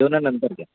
जेवणानंतर घ्या